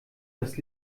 dass